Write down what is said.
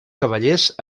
cavallers